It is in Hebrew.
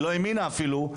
היא לא האמינה אפילו,